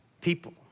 people